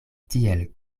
tiel